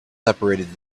separated